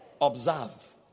Observe